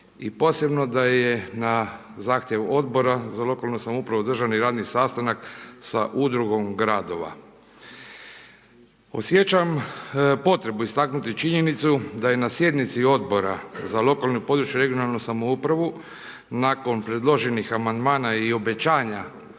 i posebno da je na zahtjev Odbora za lokalnu samoupravu održan i radni sastanak sa udrugom gradova. Osjećam potrebu istaknuti činjenicu da je na sjednici Odbora za područnu regionalnu samoupravu nakon predloženih amandmana i obećanja